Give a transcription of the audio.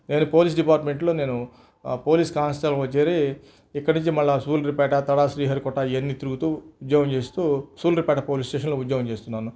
నేను పోలీస్ డిపార్ట్మెంట్లో నేను పోలీస్ కానిస్టేబుల్గా చేరి ఇక్కడినుంచి మళ్ళా సూళ్లూరు పేట తడ శ్రీహరికోట ఇవన్నీ తిరుగుతూ ఉద్యోగం చేస్తూ సూళ్లూరు పేట పోలీస్ స్టేషన్లో ఉద్యోగం చేస్తున్నాను